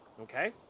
okay